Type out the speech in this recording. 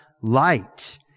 light